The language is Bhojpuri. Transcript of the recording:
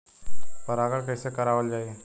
परागण कइसे करावल जाई?